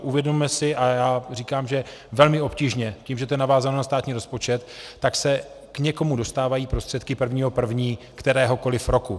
Uvědomme si, a já říkám, že velmi obtížně tím, že je to navázáno na státní rozpočet, tak se k někomu dostávají prostředky 1. 1. kteréhokoliv roku.